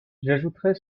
j’ajouterai